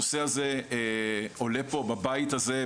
הנושא הזה עולה פה בבית הזה,